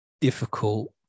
difficult